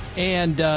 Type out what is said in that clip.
and, ah,